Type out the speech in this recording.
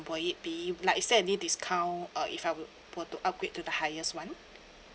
will it be like is there any discount uh if I would were to upgrade to the highest one